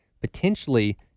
potentially